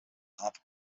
harvard